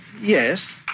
yes